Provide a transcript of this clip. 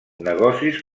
negocis